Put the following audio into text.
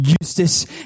Eustace